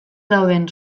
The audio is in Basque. dauden